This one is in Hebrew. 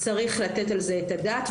צריך לתת על זה את הדעת,